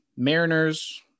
Mariners